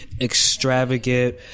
extravagant